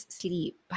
sleep